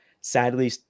sadly